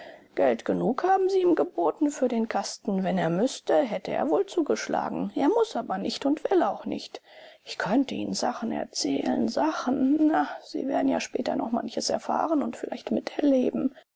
geld genug haben sie ihm geboten für den kasten wenn er müßte hätte er wohl zugeschlagen er muß aber nicht und will auch nicht ich könnte ihnen sachen erzählen sachen na sie werden ja später noch manches erfahren und vielleicht miterleben